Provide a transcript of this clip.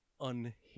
unhinged